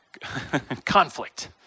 conflict